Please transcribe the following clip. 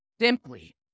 simply